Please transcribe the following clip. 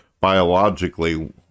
biologically